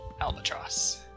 Albatross